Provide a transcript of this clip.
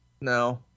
No